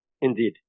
Indeed